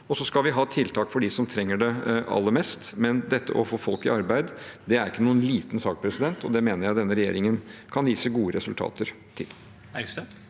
Og vi skal ha tiltak for dem som trenger det aller mest. Men å få folk i arbeid er ikke noen liten sak, og der mener jeg denne regjeringen kan vise gode resultater.